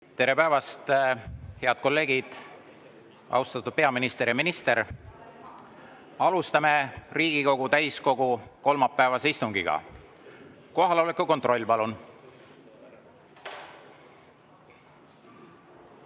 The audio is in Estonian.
Tere päevast, head kolleegid! Austatud peaminister ja minister! Alustame Riigikogu täiskogu kolmapäevast istungit. Kohaloleku kontroll, palun!